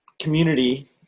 community